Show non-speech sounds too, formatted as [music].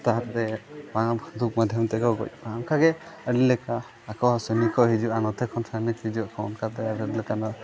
[unintelligible] ᱵᱚᱱᱫᱷᱩᱠ ᱢᱟᱫᱽᱫᱷᱚᱢ ᱛᱮᱠᱚ ᱜᱚᱡ ᱠᱚᱣᱟ ᱚᱱᱠᱟᱜᱮ ᱟᱹᱰᱤ ᱞᱮᱠᱟ ᱟᱠᱚ ᱦᱚᱸ ᱥᱟᱺᱜᱤᱧ ᱠᱚ ᱦᱤᱡᱩᱜᱼᱟ ᱱᱚᱛᱮ ᱠᱷᱚᱱ ᱥᱟᱺᱜᱤᱧ ᱦᱤᱡᱩᱜ ᱟᱠᱚ ᱚᱱᱠᱟᱛᱮ ᱟᱹᱰᱤ ᱞᱮᱠᱟᱱᱟᱜ